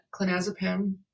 clonazepam